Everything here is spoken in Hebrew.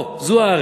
פה, זו הארץ.